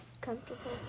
comfortable